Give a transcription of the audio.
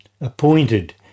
appointed